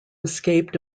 escaped